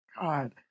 God